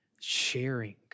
sharing